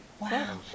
Wow